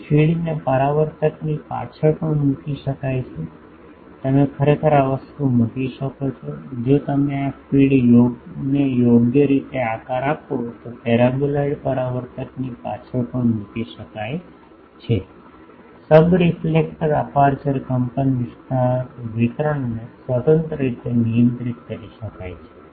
અહીં ફીડને પરાવર્તકની પાછળ પણ મૂકી શકાય છે તમે ખરેખર આ વસ્તુ મૂકી શકો છો જો તમે આ ફીડને યોગ્ય રીતે આકાર આપો તો પેરાબોલોઇડ પરાવર્તકની પાછળ પણ મૂકી શકાય છે સબરેલેક્ફેક્ટર અપેર્ચર કંપનવિસ્તાર વિતરણને સ્વતંત્ર રીતે નિયંત્રિત કરી શકાય છે